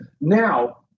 Now